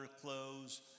clothes